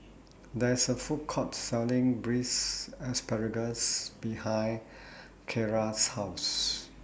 There IS A Food Court Selling Braised Asparagus behind Keira's House